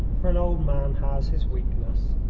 for an old man has his weakness.